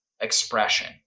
expression